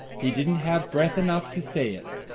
he didn't have breath enough to say it.